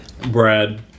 Brad